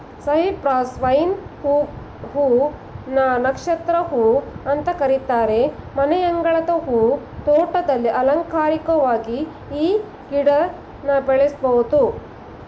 Cyprus vine ಹೂ ನ ನಕ್ಷತ್ರ ಹೂ ಅಂತ ಕರೀತಾರೆ ಮನೆಯಂಗಳದ ಹೂ ತೋಟದಲ್ಲಿ ಅಲಂಕಾರಿಕ್ವಾಗಿ ಈ ಗಿಡನ ಬೆಳೆಸ್ಬೋದು